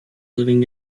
living